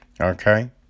Okay